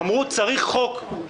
אמרו, צריך חוק.